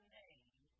name